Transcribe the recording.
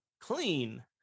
clean